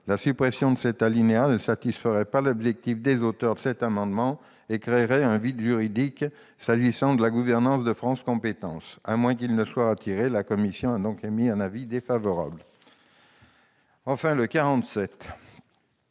La suppression de cet alinéa ne satisferait pas l'objectif des auteurs de cet amendement et créerait un vide juridique s'agissant de la gouvernance de France compétences. À moins qu'il ne soit retiré, la commission émet donc un avis défavorable sur cet